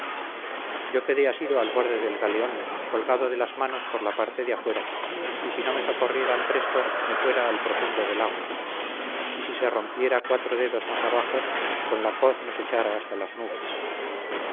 yo quedé asido al borde del galeón colgado de las manos por la parte de afuera y si no me socorrieran presto me fuera al profundo del agua y si se rompiera cuatro dedos más abajo con la coz nos echara hasta las nubes